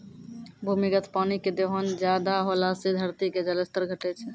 भूमिगत पानी के दोहन ज्यादा होला से धरती के जल स्तर घटै छै